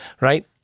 right